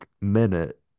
minute